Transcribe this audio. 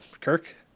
Kirk